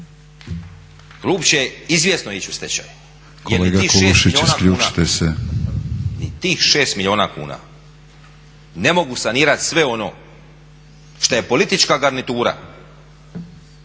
Klub će izvjesno ići u stečaj. …/Upadica BATINIĆ: Kolega Kulušić isključite se./… Jer ni tih 6 milijuna kuna ne mogu sanirati sve ono šta je politička garnitura